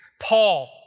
Paul